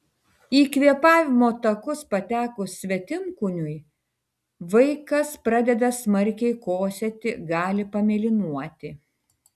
į kvėpavimo takus patekus svetimkūniui vaikas pradeda smarkiai kosėti gali pamėlynuoti